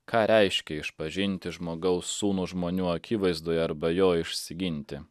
ką reiškia išpažinti žmogaus sūnų žmonių akivaizdoje arba jo išsiginti